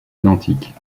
identique